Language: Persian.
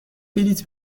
بلیط